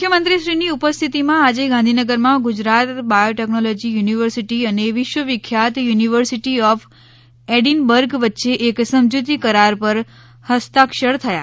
મુખ્યમંત્રીશ્રીની ઉપસ્થિતિમાં આજે ગાંધીનગરમાં ગુજરાત બાયોટેકનોલોજી યુનિવર્સિટી અને વિશ્વખ્યાત યુનિવર્સિટી ઓફ એડિનબર્ગ વચ્ચે એક સમજૂતી કરાર પર હસ્તાક્ષર થયા